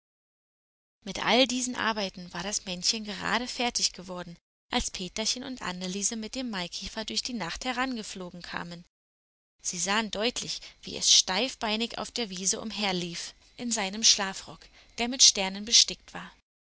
mit allen diesen arbeiten war das männchen gerade fertig geworden als peterchen und anneliese mit dem maikäfer durch die nacht herangeflogen kamen sie sahen deutlich wie es steifbeinig auf der wiese umherlief in seinem schlafrock der mit sternen bestickt war